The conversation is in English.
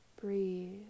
breathe